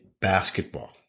basketball